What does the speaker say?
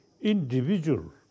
individual